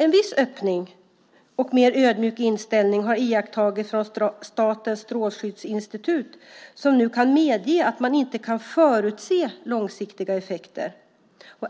En viss öppning och en mer ödmjuk inställning har iakttagits hos Statens strålskyddsinstitut, som nu medger att man inte kan förutse långsiktiga effekter.